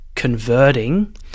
converting